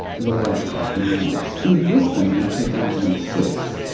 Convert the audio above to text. lawyer pat mullins. in brisbane in two thousand and six,